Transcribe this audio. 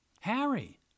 Harry